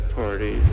party